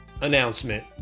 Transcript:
announcement